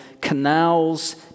canals